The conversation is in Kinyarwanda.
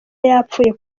yapfuye